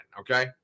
okay